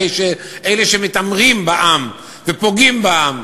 אחרי אלה שמתעמרים בעם ופוגעים בעם,